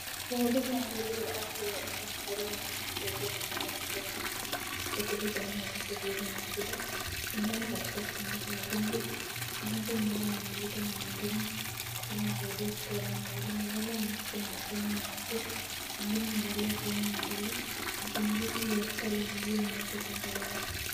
Wahudumu wa afya madaktari wanasaidia mgonjwa mmoja kurekebisha meno zake zilizo na shida. Amelala katika kitanda cha wagonjwa. Mhudumu mmoja anamulika na mwingine anamsaidia kumtoa meno. Amevalia maski na aproni nyeupe. Mwingine amevalia aproni ya buluu na kuna vitu vya hospitli vilivyo nyeupe kando yao.